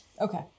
okay